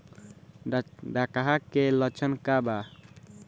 डकहा के लक्षण का वा?